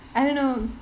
I don't know